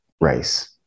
race